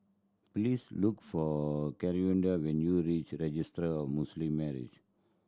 please look for Claudia when you reach Registry Muslim Marriage